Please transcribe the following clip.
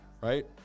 right